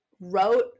wrote